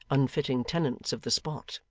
unfitting tenants of the spot.